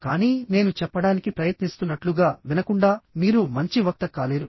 కానీ నేను చెప్పడానికి ప్రయత్నిస్తున్నట్లుగా వినకుండా మీరు మంచి వక్త కాలేరు